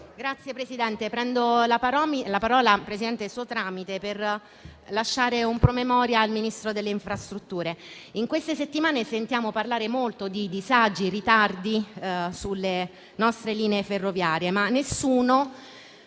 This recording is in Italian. Signor Presidente, prendo la parola per lasciare, per il suo tramite, un promemoria al Ministro delle infrastrutture. In queste settimane sentiamo parlare molto di disagi, di ritardi sulle nostre linee ferroviarie, ma nessuno